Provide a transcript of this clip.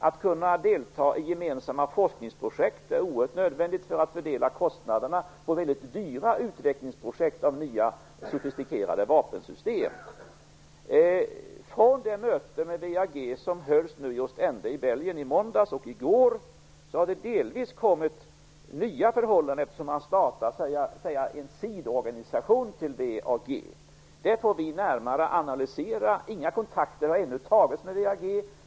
Att kunna delta i gemensamma forskningsprojekt är oerhört nödvändigt för att fördela kostnaderna för väldigt dyra utvecklingsprojekt när det gäller nya, sofistikerade vapensystem. Det möte med WEAG som hölls i Ostende i Belgien nu i måndags och i går har resulterat i delvis nya förhållanden, eftersom man startar en sidoorganisation till WEAG. Det får vi närmare analysera. Inga kontakter har ännu tagits med WEAG.